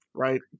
right